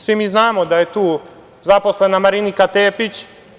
Svi mi znamo da je tu zaposlena Marinika Tepić.